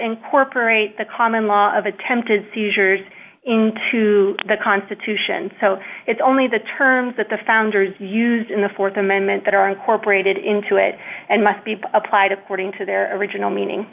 incorporate the common law of attempted seizures into the constitution so it's only the terms that the founders used in the th amendment that are incorporated into it and must be applied according to their original meaning